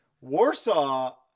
Warsaw